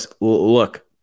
look